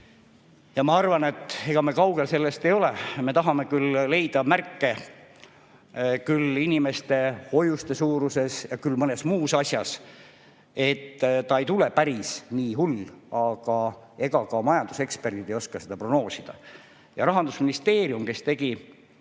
Ma arvan, et ega me sellest kaugel ei ole. Me tahame leida märke küll inimeste hoiuste suuruses, küll mõnes muus asjas, et ta ei tule päris nii hull, aga ega ka majanduseksperdid ei oska seda prognoosida. Rahandusministeerium tegi